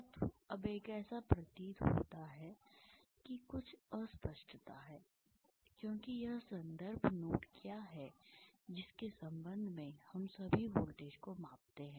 तत्व अब ऐसा प्रतीत होता है कि कुछ अस्पष्टता है क्योंकि यह संदर्भ नोड क्या है जिसके संबंध में हम सभी वोल्टेज को मापते हैं